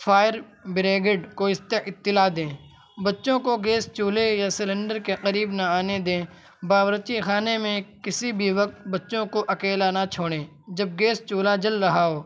fire brigade کو اطلاع دیں بچوں کو گیس چولہے یا سلنڈر کے قریب نہ آنے دیں باورچی خانے میں کسی بھی وقت بچوں کو اکیلا نہ چھوڑیں جب گیس چولہا جل رہا ہو